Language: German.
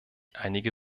einige